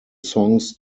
songs